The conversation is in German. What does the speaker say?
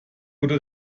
wurde